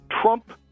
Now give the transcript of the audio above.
Trump